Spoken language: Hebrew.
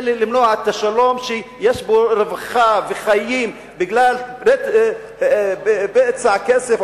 זה למנוע את השלום שיש בו רווחה וחיים בגלל בצע כסף,